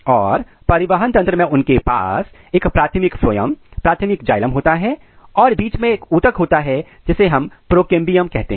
और परिवहन तंत्र में उनके पास एक प्राथमिक फ्लोएम प्राथमिक जाइलम होता है और बीच में एक ऊतक होता है जिसे प्रीकैम्बियम कहा जाता है